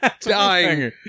Dying